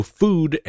food